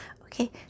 Okay